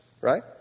right